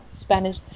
Spanish